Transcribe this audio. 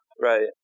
Right